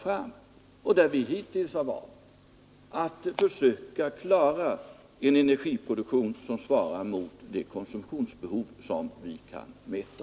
Vi har i detta sammanhang hittills valt att försöka upprätthålla en energiproduktion som svarar mot det konsumtionsbehov som vi kan mäta.